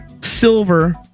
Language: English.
Silver